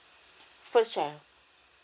first